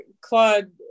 Claude